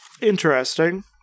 interesting